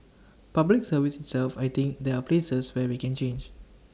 Public Service itself I think there are places where we can change